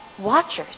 watchers